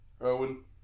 Owen